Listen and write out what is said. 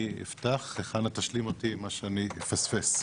ברשותכם, אני אפתח וחנה תשלים במה שאני אפספס.